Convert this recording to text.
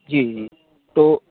जी जी तो